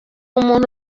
umuntu